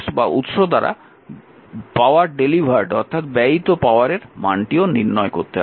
এবং উৎস দ্বারা ব্যয়িত পাওয়ারের মানটিও নির্ণয় করতে হবে